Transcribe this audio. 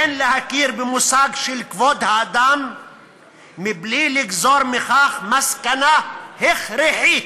אין להכיר במושג של כבוד האדם מבלי לגזור מכך מסקנה הכרחית,